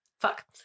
Fuck